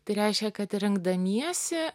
tai reiškia kad rinkdamiesi